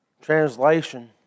translation